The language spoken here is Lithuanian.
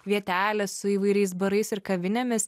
vietelės su įvairiais barais ir kavinėmis